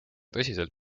tõsiselt